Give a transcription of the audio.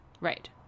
right